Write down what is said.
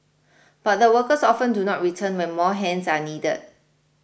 but the workers often do not return when more hands are needed